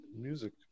music